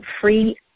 free